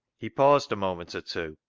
he paused a moment or two,